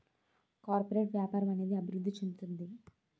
corporate వ్యాపారం అనేది అభివృద్ధి చెందుతుంది